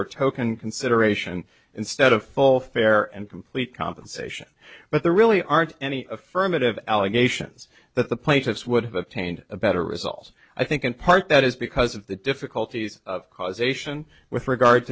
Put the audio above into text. or token consideration instead of full fair and complete compensation but there really aren't any affirmative allegations that the plaintiffs would have obtained a better result i think in part that is because of the difficulties of causation with regard